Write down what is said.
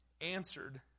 answered